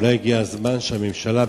אולי הגיע הזמן שהממשלה,